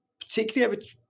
particularly